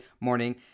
morning